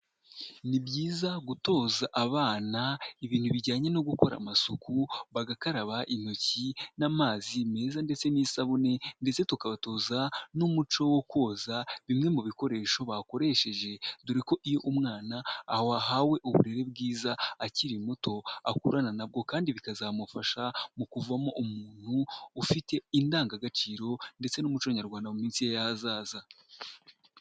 Ni byiza gutoza abana ibintu bijyanye no gukora amasuku bagakaraba intoki n'amazi meza ndetse n'isabune ndetse tukabatoza n'umuco wo koza bimwe mu bikoresho bakoresheje dore ko iyo umwana wahawe uburere bwiza akiri muto akurana nabwo kandi bikazamufasha mu kuvamo umuntu ufite indangagaciro ndetse n'umuco nyarwanda mu minsi ye y'ahazaza.